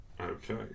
Okay